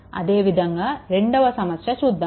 అదే విధంగా రెండవ సమస్య చూద్దాము